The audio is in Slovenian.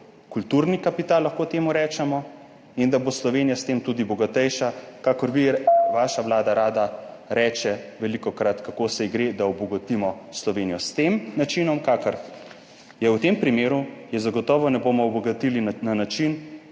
kulturni kapital, lahko temu rečemo, in da bo Slovenija s tem tudi bogatejša. Kakor vi, vaša vlada rada reče velikokrat, kako ji gre za to, da obogatimo Slovenijo. S tem načinom, kakor je v tem primeru, je zagotovo ne bomo obogatili na način,